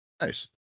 Nice